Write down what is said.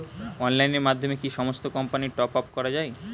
অনলাইনের মাধ্যমে কি সমস্ত কোম্পানির টপ আপ করা যায়?